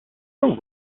are